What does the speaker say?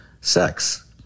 sex